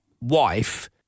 wife